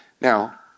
Now